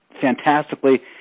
fantastically